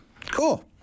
Cool